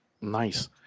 Nice